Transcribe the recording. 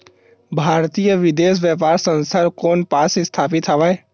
भारतीय विदेश व्यापार संस्था कोन पास स्थापित हवएं?